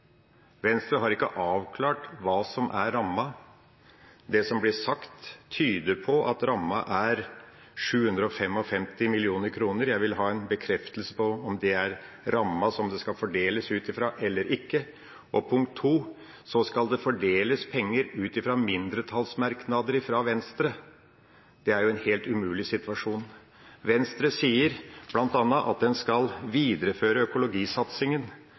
Venstre har ikke avklart hva som er rammen. Det som blir sagt, tyder på at rammen er 755 mill. kr. Jeg vil ha en bekreftelse på om det er rammen som det skal fordeles ut ifra, eller ikke. For det andre: Det skal fordeles penger ut ifra mindretallsmerknader fra Venstre. Det er jo en helt umulig situasjon. Venstre sier bl.a. at en skal videreføre økologisatsingen,